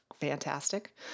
fantastic